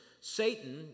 Satan